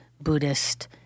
Buddhist